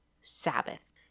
Sabbath